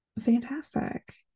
fantastic